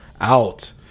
out